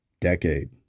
decade